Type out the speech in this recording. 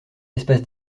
espace